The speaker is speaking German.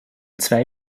zwei